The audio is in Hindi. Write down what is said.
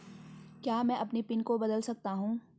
क्या मैं अपने पिन को बदल सकता हूँ?